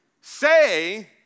Say